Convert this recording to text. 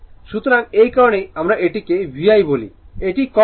সুতরাং এই কারণেই আমরা এটিকে VI বলি এটি cos θ